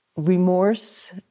remorse